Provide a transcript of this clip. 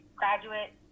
graduate